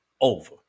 over